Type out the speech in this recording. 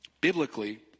Biblically